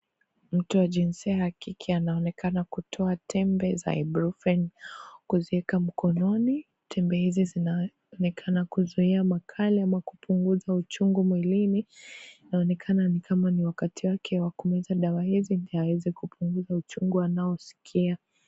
Mtu wa jinsia ya kike anaonekana kutoa tembe za "Ibrufen" kwenye kuzieka mkononi, tembe hizi kinaonekana kuzima makalia au kupunguza uchungu mwilini. Inaonekana ni kama niwakati wale wa kumeza hizi tembe mwilini ili uweze kupunguza uchungu anao skia.